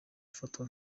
afatwa